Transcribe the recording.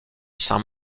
saint